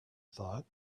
thought